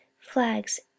flags